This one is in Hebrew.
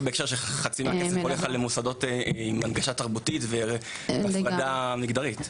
בהקשר שחצי מהכסף הולך על מוסדות עם הנגשה תרבותית והפרדה מגדרית.